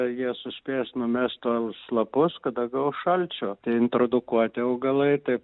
jie suspės numest tuos lapus kada gaus šalčio tai introdukuoti augalai tai